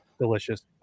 delicious